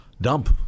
dump